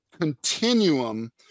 continuum